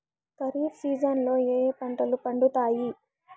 ఖరీఫ్ సీజన్లలో ఏ ఏ పంటలు పండుతాయి